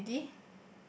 uh lady